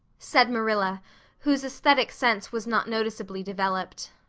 said marilla whose aesthetic sense was not noticeably developed.